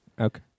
okay